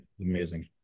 Amazing